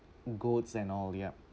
goats and all yup